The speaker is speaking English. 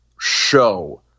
show